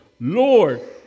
Lord